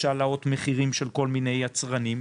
יש העלאות מחירים של כל מיני יצרנים,